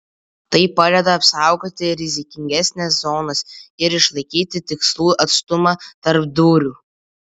tai padeda apsaugoti rizikingesnes zonas ir išlaikyti tikslų atstumą tarp dūrių